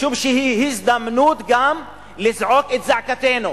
משום שהיא הזדמנות גם לזעוק את זעקתנו